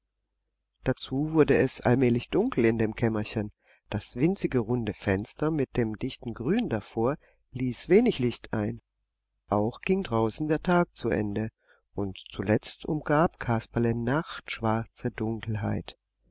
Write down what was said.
dazu wurde es allmählich dunkel in dem kämmerchen das winzige runde fenster mit dem dichten grün davor ließ wenig licht ein auch ging draußen der tag zu ende und zuletzt umgab kasperle nachtschwarze dunkelheit